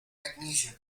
magnesium